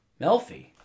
Melfi